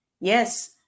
Yes